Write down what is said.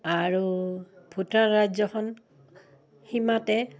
আৰু ভূটান ৰাজ্যখন সীমাতে